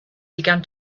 began